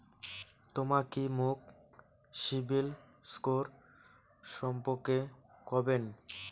তমা কি মোক সিবিল স্কোর সম্পর্কে কবেন?